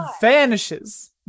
vanishes